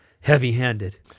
heavy-handed